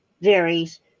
varies